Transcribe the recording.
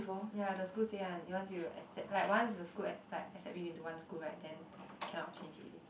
ya the school say one once you accep~ like once the school a~ like accept you into one school right then cannot change already